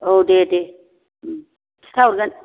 औ दे दे खिथा हरगोन